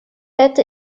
это